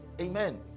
Amen